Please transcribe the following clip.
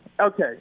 okay